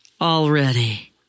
already